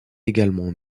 également